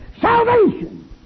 salvation